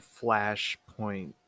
Flashpoint